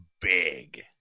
big